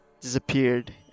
disappeared